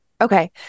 Okay